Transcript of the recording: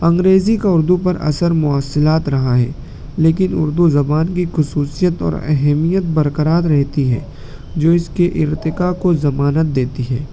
انگریزی کا ارددو پر اثر مواصلات رہا ہے لیکن اردو زبان کی خصوصیت اور اہمیت برقرار رہتی ہے جو اس کے ارتقا کو ضمانت دیتی ہے